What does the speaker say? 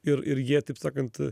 ir ir jie taip sakant